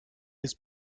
his